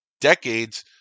decades